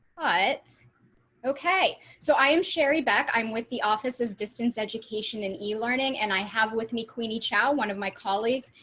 but okay, so i am cherie back. i'm with the office of distance education and e learning and i have with me queenie chow. one of my colleagues,